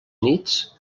nits